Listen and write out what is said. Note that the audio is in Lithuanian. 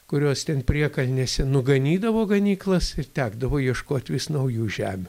kurios priekalnėse nuganydavo ganyklas ir tekdavo ieškot vis naujų žemių